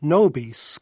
Nobis